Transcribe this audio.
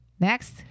Next